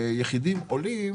ויחידים עולים